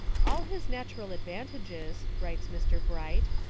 all his natural advantages, writes mr. bright,